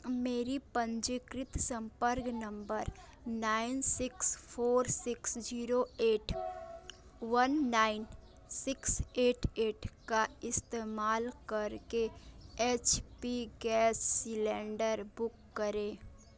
मेरी पंजीकृत संपर्क number nine six four six zero eight one nine six eight eight का इस्तेमाल करके H P gas cylinder book करें